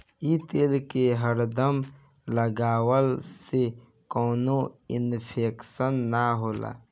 इ तेल के हरदम लगवला से कवनो इन्फेक्शन ना होला